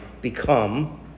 become